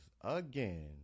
again